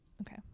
okay